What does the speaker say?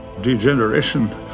Degeneration